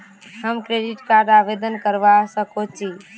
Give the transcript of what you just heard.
हम credit card आवेदन करवा संकोची?